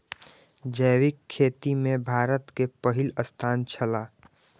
जैविक खेती में भारत के पहिल स्थान छला